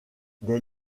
des